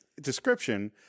description